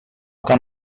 can